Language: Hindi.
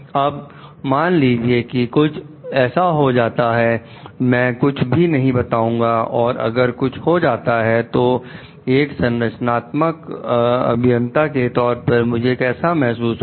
अब मान लीजिए कि कुछ हो जाता है मैं कुछ भी नहीं बताऊंगा और अगर कुछ हो जाता है तो एक संरचनात्मक अभियंता के तौर पर मुझे कैसा महसूस होगा